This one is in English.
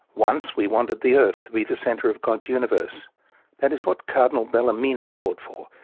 once we wanted the earth to be the centre of god's universe that is what cardinal bellarmino fought for,